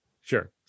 Sure